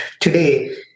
today